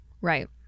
Right